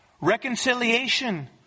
reconciliation